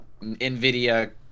NVIDIA